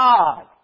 God